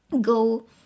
go